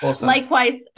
Likewise